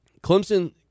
Clemson